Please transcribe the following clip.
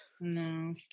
No